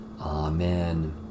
Amen